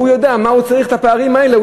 והוא יודע מה: מה הוא צריך את הפערים האלה?